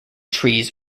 trees